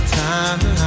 time